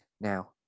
Now